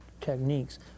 techniques